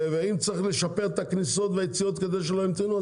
אם צריך לשפר את הכניסות ואת היציאות כדי שלא ימתינו,